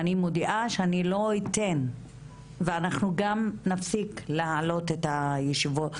אני מודיעה שאני לא אתן ואנחנו גם נפסיק להעלות את הישיבות,